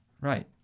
right